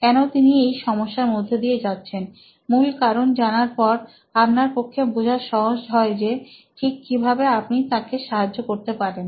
কেন তিনি এই সমস্যার মধ্য দিয়ে যাচ্ছেন মূল কারণ জানার পর আপনার পক্ষে বোঝা সহজ হয় যে ঠিক কীভাবে আপনি তাকে সাহায্য করতে পারেন